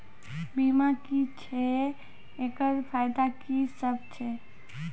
बीमा की छियै? एकरऽ फायदा की सब छै?